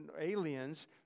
aliens